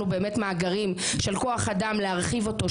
באמת מאגרים של כוח אדם להרחיב אותו,